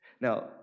Now